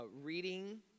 reading